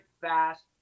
fast